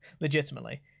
legitimately